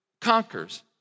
conquers